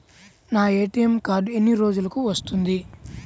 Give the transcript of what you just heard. నా ATM card ఎన్ని రోజులకు వస్తుంది?